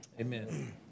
Amen